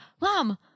mom